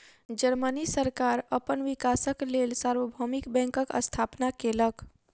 Germany सरकार अपन विकासक लेल सार्वभौमिक बैंकक स्थापना केलक